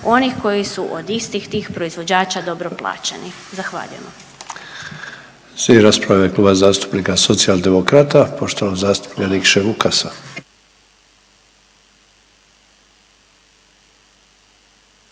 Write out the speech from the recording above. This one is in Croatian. onih koji su od istih tih proizvođača dobro plaćeni. Zahvaljujem. **Sanader, Ante (HDZ)** Slijedi rasprava u ime Kluba zastupnika Socijaldemokrata, poštovanog zastupnika Nikše Vukasa.